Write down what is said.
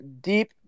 deep